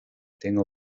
tengo